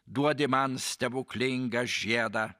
duodi man stebuklingą žiedą